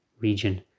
region